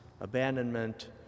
abandonment